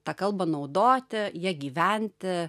tą kalbą naudoti ja gyventi